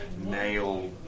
nail